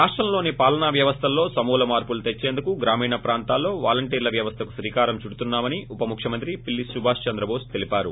రాష్టంలోని పాలనా వ్యవస్లల్లో సమూల మార్పులు తెచ్చేందుకు గ్రామీణ ప్రాంతాల్లో వాలంటీర్ల వ్యవస్థ కు శ్రీకారం చుడుతున్నామని ఉప ముఖ్యమంత్రి పిల్లి సుభాష్ చంద్రబోస్ తెలివారు